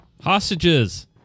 hostages